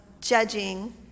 judging